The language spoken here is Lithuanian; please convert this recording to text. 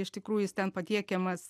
iš tikrųjų jis ten patiekiamas